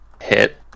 hit